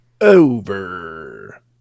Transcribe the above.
over